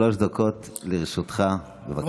שלוש דקות לרשותך, בבקשה.